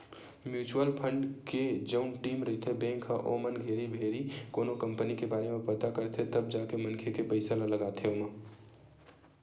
mutual fund के जउन team रहिथे बेंक के ओमन घेरी भेरी कोनो कंपनी के बारे म पता करथे तब जाके मनखे के पइसा ल लगाथे ओमा